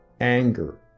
anger